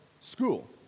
school